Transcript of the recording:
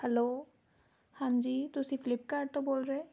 hello ਹਾਂਜੀ ਤੁਸੀਂ Flipkart ਤੋਂ ਬੋਲ ਰਹੇ